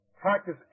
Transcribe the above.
practice